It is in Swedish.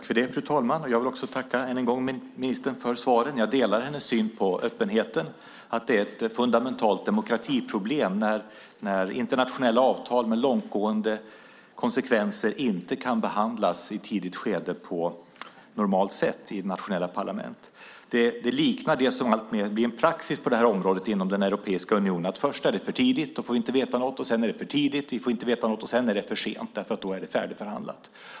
Fru talman! Jag vill än en gång tacka ministern för svaren. Jag delar hennes syn på öppenheten och att det är ett fundamentalt demokratiproblem när internationella avtal med långtgående konsekvenser inte kan behandlas i ett tidigt skede på normalt sätt i nationella parlament. Det liknar det som alltmer blir en praxis på området inom Europeiska unionen. Först är det för tidigt, och då får vi inte veta något. Därefter är det för tidigt, och då får vi inte veta något. Sedan är det för sent, eftersom det då är färdigförhandlat.